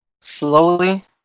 Slowly